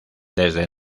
desde